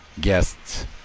guests